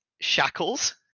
shackles